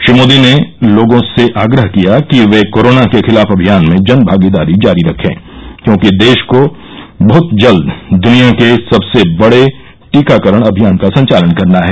श्री मोदी ने लोगों से आग्रह किया कि वे कोरोना के खिलाफ अभियान में जनभागीदारी जारी रखे क्योंकि देश को बहत जल्द दुनिया के सबसे बड़े टीकाकरण अभियान का संचालन करना है